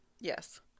Yes